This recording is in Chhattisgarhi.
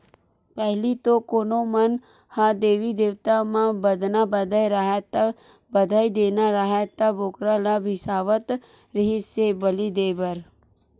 पहिली तो कोनो मन ह देवी देवता म बदना बदे राहय ता, बधई देना राहय त बोकरा ल बिसावत रिहिस हे बली देय बर